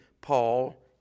Paul